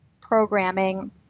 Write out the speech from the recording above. programming